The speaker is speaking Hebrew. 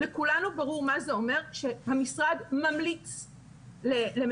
לכולנו ברור מה זה אומר שהמשרד ממליץ למנהל.